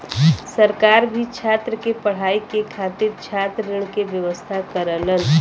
सरकार भी छात्र के पढ़ाई के खातिर छात्र ऋण के व्यवस्था करलन